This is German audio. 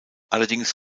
allerdings